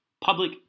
public